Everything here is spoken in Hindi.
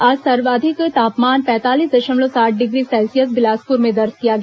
आज सर्वाधिक तापमान पैंतालीस दशमलव सात डिग्री सेल्सियस बिलासपुर में दर्ज किया गया